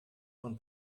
von